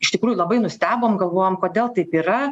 iš tikrųjų labai nustebom galvojom kodėl taip yra